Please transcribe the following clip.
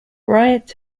riot